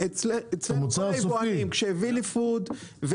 כשוילי פוד,